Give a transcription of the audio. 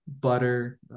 butter